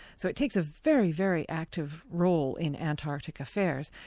so it takes a very, very active role in antarctic affairs.